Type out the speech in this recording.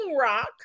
rock